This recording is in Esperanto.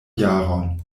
jaron